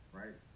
right